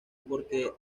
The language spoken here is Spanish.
porque